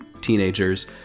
teenagers